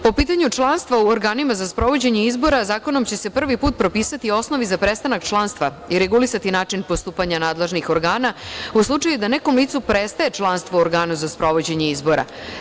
Po pitanju članstva u organima za sprovođenje izbora zakonom će se prvi put propisati osnovi za prestanak članstva i regulisati način postupanje nadležnih organa, a u slučaju da nekom licu prestaje članstvo u organu za sprovođenje izbora.